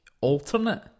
Alternate